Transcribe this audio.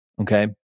Okay